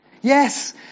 Yes